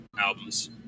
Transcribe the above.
albums